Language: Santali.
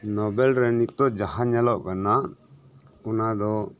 ᱱᱳᱵᱮᱞ ᱨᱮ ᱱᱤᱛᱳᱜ ᱡᱟᱦᱟᱸ ᱧᱮᱞᱚᱜ ᱠᱟᱱᱟ ᱚᱱᱟ ᱫᱚ